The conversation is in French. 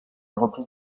reprise